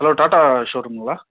hello Tata ஷோரூம்ங்ளா